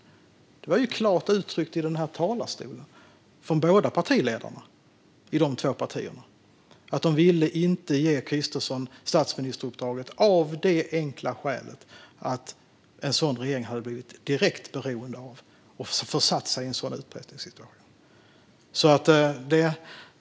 Det uttrycktes ju klart från denna talarstol från båda ledarna för dessa två partier att de inte ville ge Kristersson statsministeruppdraget av det enkla skälet att en sådan regering hade blivit direkt beroende av Sverigedemokraterna och försatt sig i en utpressningssituation.